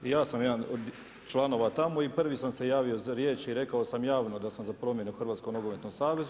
I ja sam jedan od članova tamo i prvi sam se javio za riječ i rekao sam javno da sam za promijene u Hrvatskom nogometnom savezu.